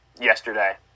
yesterday